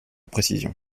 précision